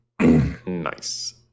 Nice